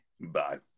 Bye